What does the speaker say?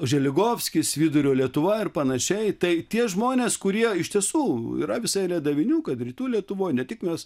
želigovskis vidurio lietuva ir panašiai tai tie žmonės kurie iš tiesų yra visa eilė davinių kad rytų lietuvoje ne tik mes